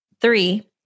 Three